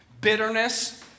bitterness